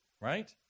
Right